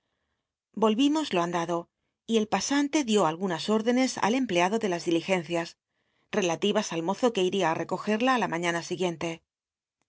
voll'imos lo andado y el pasante dió r lguna órccnes al empleado de las d iligencia relalil'as al mozo que iría á recogerla á la maiíana siguiente